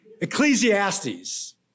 Ecclesiastes